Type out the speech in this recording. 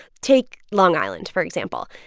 take long island for example.